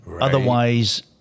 Otherwise